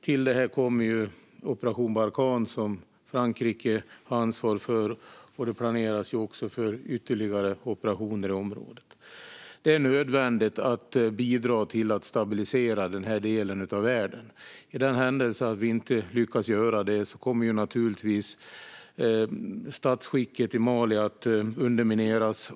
Till detta kommer Operation Barkhane, som Frankrike har ansvar för, och det planeras också för ytterligare operationer i området. Det är nödvändigt att bidra till att stabilisera den här delen av världen. Om vi inte lyckas göra detta kommer statsskicket i Mali naturligtvis att undermineras.